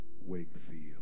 Wakefield